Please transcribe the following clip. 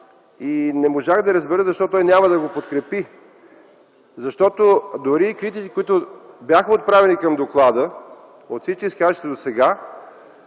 и не можах да разбера защо той няма да го подкрепи. Защото дори и критиките, които бяха отправени към доклада от всички изказващи се досега,